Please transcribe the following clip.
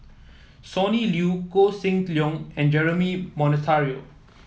Sonny Liew Koh Seng Leong and Jeremy Monteiro